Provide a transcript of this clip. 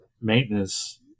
maintenance